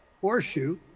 horseshoe